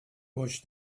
watched